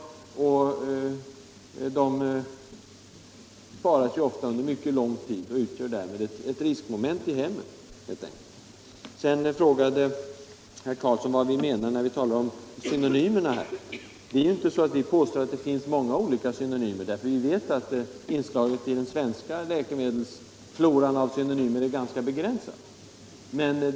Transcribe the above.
Medicinerna sparas ofta under mycket lång tid och utgör därmed ett riskmoment i hemmet. Herr Karlsson i Huskvarna frågade vad vi menar med synonymer. Vi påstår inte att det finns många olika synonymer, eftersom vi vet att inslaget av synonymer i den svenska läkemedelsfloran är ganska begränsat.